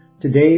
Today